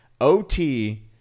OT